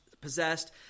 possessed